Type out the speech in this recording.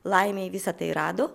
laimei visa tai rado